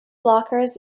blockers